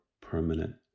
permanent